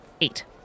Eight